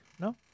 No